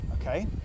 Okay